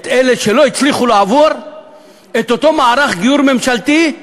את אלה שלא הצליחו לעבור את אותו מערך גיור ממשלתי,